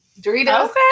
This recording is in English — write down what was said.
Doritos